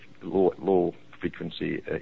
low-frequency